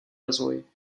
rozvoj